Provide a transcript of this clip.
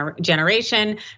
generation